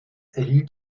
erhielt